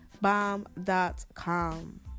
bomb.com